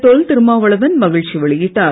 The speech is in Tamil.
தொல் திருமாவளவன் மகிழ்ச்சி வெளியிட்டார்